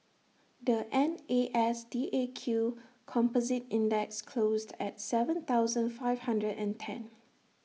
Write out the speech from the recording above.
the N A S D A Q composite index closed at Seven thousand five hundred and ten